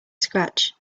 scratch